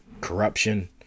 corruption